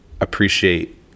appreciate